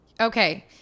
Okay